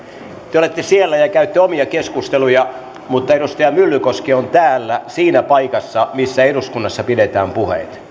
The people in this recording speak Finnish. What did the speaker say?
te olette siellä ja käytte omia keskusteluja mutta edustaja myllykoski on täällä siinä paikassa missä eduskunnassa pidetään puheet